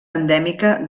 endèmica